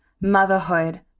motherhood